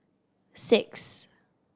six